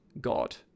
God